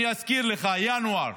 אני אזכיר לך, ינואר.